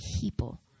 people